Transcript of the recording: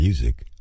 Music